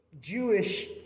jewish